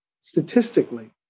statistically